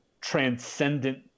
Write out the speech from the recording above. transcendent